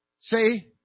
See